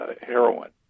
heroin